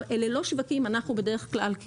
בדרך כלל,